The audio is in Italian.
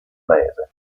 paese